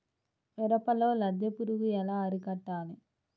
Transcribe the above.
మిరపలో లద్దె పురుగు ఎలా అరికట్టాలి?